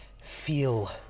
feel